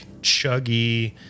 chuggy